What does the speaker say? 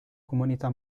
comunità